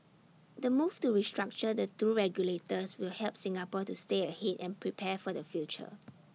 the move to restructure the two regulators will help Singapore to stay ahead and prepare for the future